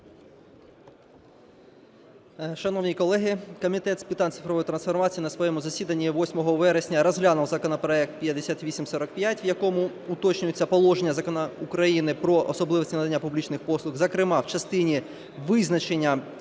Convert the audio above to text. Шановні колеги, Комітет з питань цифрової трансформації на своєму засіданні 8 вересня розглянув законопроект 5845, в якому уточнюються положення Закону України про особливості надання публічних послуг, зокрема в частині визначення